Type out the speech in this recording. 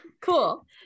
Cool